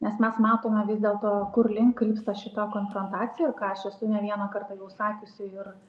nes mes matome vis dėlto kur link krypsta šita konfrontacija ir ką aš esu ne vieną kartą jau sakiusi ir